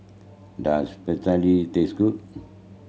does Pretzel taste good